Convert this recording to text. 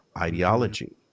ideology